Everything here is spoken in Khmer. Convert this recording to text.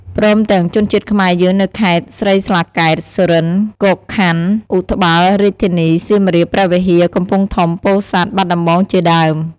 ព្រមទាំងជនជាតិខ្មែរយើងនៅខេត្តស្រីស្លាកែត សុរិន្ទ្រ គោកខណ្ឌ ឧត្បលរាជធានី សៀមរាប ព្រះវិហារ កំពង់ធំ ពោធិ៍សាត់ បាត់ដំបងជាដើម។